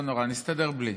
לא נורא, נסתדר בלי.